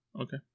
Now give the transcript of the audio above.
Okay